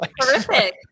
Terrific